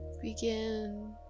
begin